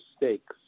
mistakes